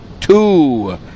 two